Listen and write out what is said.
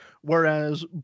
Whereas